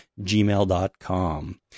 gmail.com